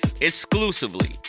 exclusively